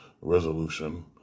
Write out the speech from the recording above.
Resolution